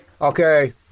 Okay